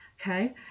okay